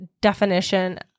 definition